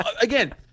again